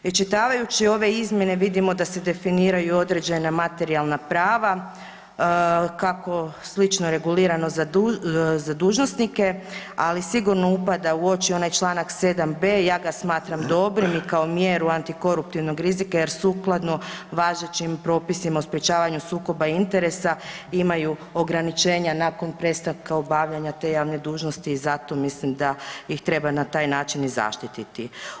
Iščitavajući ove izmjene vidimo da se definiraju određena materijalna prava kako slično regulirano za dužnosnike, ali sigurno upada u oči onaj članak 7.b ja ga smatram dobrim i kao mjeru antikoruptivnog rizika jer sukladno važećim propisima o sprječavanju sukoba interesa imaju ograničenja nakon prestanka obavljanja te javne dužnosti i zato mislim da ih treba na taj način i zaštititi.